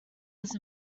was